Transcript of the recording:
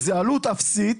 זו עלות אפסית,